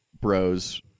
bros